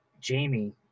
Jamie